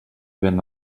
ben